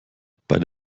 bei